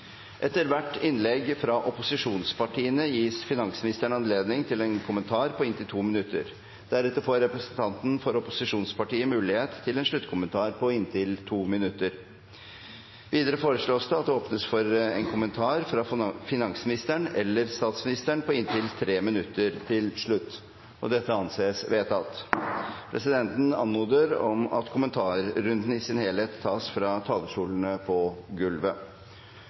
Etter hvert innlegg fra opposisjonspartiene gis finansministeren anledning til en kommentar på inntil 2 minutter. Deretter får representanten for opposisjonspartiet mulighet til en sluttkommentar på inntil 2 minutter. Videre foreslås det at det åpnes for en kommentar fra finansministeren eller statsministeren på inntil 3 minutter til slutt. – Det anses vedtatt. Presidenten anmoder om at kommentarrunden i sin helhet tas fra talerstolene på gulvet.